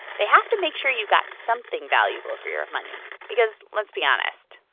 they have to make sure you got something valuable for your money because, let's be honest,